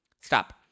Stop